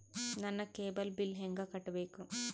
ನನ್ನ cable bill ಹೆಂಗ ಕಟ್ಟಬೇಕು?